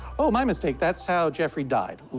oh, my mistake. that's how jeffrey died.